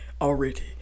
already